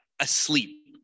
asleep